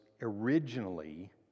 originally